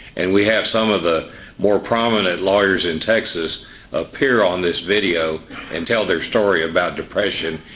and we have some of the more prominent lawyers in texas appear on this video and tell their story about depression,